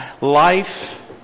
life